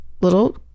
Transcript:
little